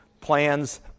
plans